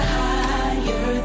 higher